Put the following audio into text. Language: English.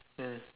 mm